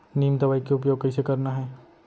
नीम दवई के उपयोग कइसे करना है?